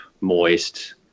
moist